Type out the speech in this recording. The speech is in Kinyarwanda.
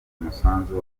umusanzu